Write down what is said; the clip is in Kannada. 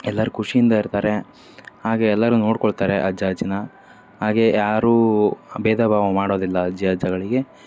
ಎಲ್ಲರೂ ಖುಷಿಯಿಂದ ಇರ್ತಾರೆ ಹಾಗೇ ಎಲ್ಲರೂ ನೋಡಿಕೊಳ್ತಾರೆ ಅಜ್ಜ ಅಜ್ಜಿನ ಹಾಗೇ ಯಾರೂ ಭೇದ ಭಾವ ಮಾಡೋದಿಲ್ಲ ಅಜ್ಜಿ ಅಜ್ಜಗಳಿಗೆ